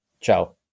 ciao